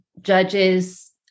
Judges